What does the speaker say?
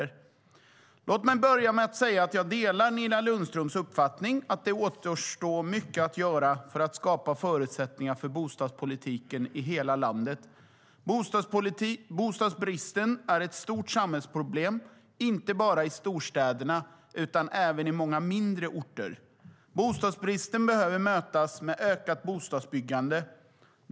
Låt mig börja med att säga att jag delar Nina Lundströms uppfattning att det återstår mycket att göra för att skapa förutsättningar för bostadspolitiken i hela landet. Bostadsbristen är ett stort samhällsproblem, inte bara i storstäderna utan även i många mindre orter. Bostadsbristen behöver mötas med ökat bostadsbyggande.